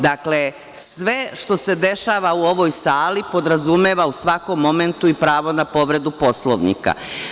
Dakle, sve što se dešava u ovoj sali podrazumeva u svakom momentu i pravo na povredu Poslovnika.